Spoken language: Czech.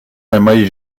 nemají